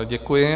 Děkuji.